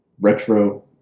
retro